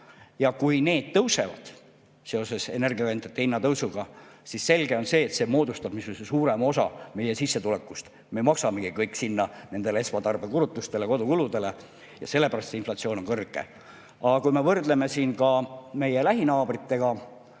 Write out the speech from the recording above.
Ja kui need tõusevad, seoses energiakandjate hinna tõusuga, siis selge on see, et see moodustabki suurema osa meie sissetulekust, me maksamegi kõik ära esmatarbekulutuste, kodukulude peale, sellepärast inflatsioon ongi kõrge. Aga kui me võrdleme ennast meie lähinaabritega,